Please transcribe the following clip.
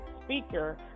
speaker